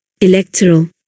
Electoral